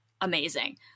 amazing